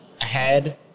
ahead